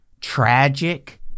tragic